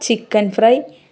chicken fry